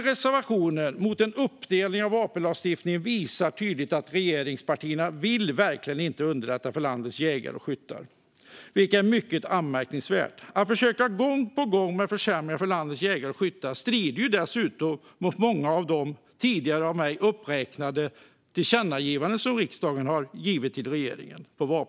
Reservationen mot en uppdelning av vapenlagstiftningen visar tydligt att regeringspartierna inte vill underlätta för landets jägare och skyttar, vilket är mycket anmärkningsvärt. Att gång på gång försöka försämra för landets jägare och skyttar strider dessutom mot många av de av mig uppräknade tillkännagivanden på vapensidan som riksdagen riktat till regeringen.